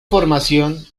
formación